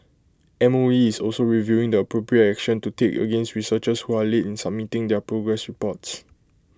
M O E is also reviewing the appropriate action to take against researchers who are late in submitting their progress reports